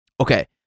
Okay